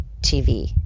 TV